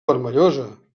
vermellosa